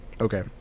okay